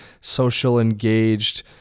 social-engaged